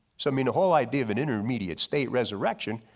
so i mean the whole idea of an intermediate state resurrection,